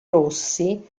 rossi